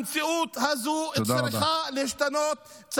המציאות הזו צריכה להשתנות.